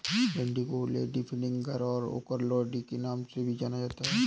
भिन्डी को लेडीफिंगर और ओकरालेडी के नाम से भी जाना जाता है